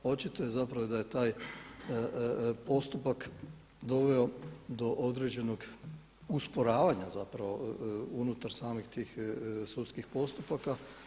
Očito je zapravo da je taj postupak doveo do određenog usporavanja zapravo unutar samih tih sudskih postupaka.